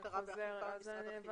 בקרה ואכיפה במשרד החינוך.